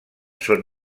són